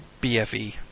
BFE